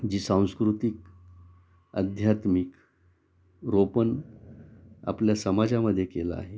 जी सांस्कृतिक अध्यात्मिक रोपण आपल्या समाजामध्ये केलं आहे